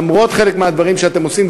למרות חלק מהדברים שאתם עושים,